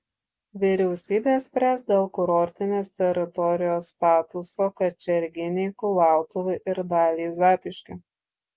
vyriausybė spręs dėl kurortinės teritorijos statuso kačerginei kulautuvai ir daliai zapyškio